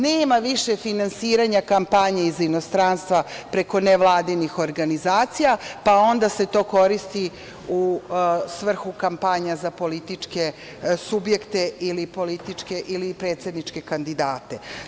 Nema više finansiranja kampanja iz inostranstva preko nevladinih organizacija, pa onda se to koristi u svrhu kampanja za političke subjekte ili politike ili i predsedničke kandidate.